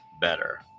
better